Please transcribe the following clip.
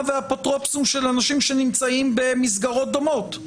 ואפוטרוספים של אנשים שנמצאים במסגרות דומות.